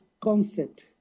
concept